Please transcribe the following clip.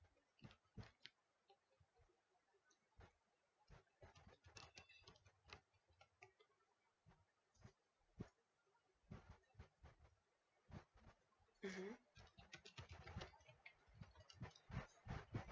mmhmm